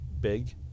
big